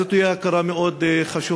זו תהיה הכרה מאוד חשובה.